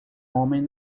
homem